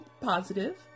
positive